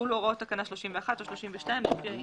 יחולו הוראות תקנה 31 או 32 לפי העניין.